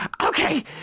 Okay